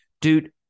dude